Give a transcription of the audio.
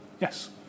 Yes